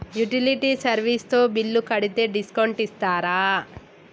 Utility service తో bill కడితే discount ఇస్తరా?